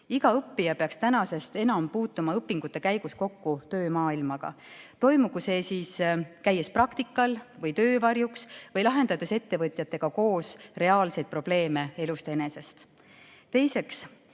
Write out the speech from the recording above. Iga õppija peaks õpingute käigus puutuma enam kokku töömaailmaga, toimugu see siis käies praktikal või töövarjuks või lahendades ettevõtjatega koos reaalseid probleeme elust enesest.